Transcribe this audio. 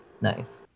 nice